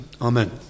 Amen